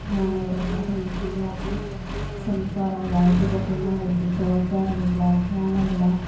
ಜ್ಞಾನ ಇರೋಲ್ಲ ಹೆಂಡತಿ ಮಗು ಸಂಸಾರ ಯಾವುದ್ರ ಬಗ್ಗೆಯೂ ಅವರಿಗೆ ಜವಾಬ್ದಾರಿ ಇಲ್ಲ ಜ್ಞಾನ ಇಲ್ಲ